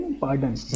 Pardon